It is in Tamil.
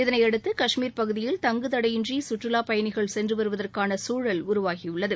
இதனையடுத்து கஷ்மீர் பகுதியில் தங்குதடையின்றி கற்றுலாப்பயணிகள் சென்று வருவதற்கான சூழல் உருவாகியுள்ளது